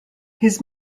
his